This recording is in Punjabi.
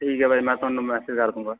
ਠੀਕ ਹੈ ਫਿਰ ਮੈਂ ਤੁਹਾਨੂੰ ਮੈਸੇਜ ਕਰ ਦੂੰਗਾ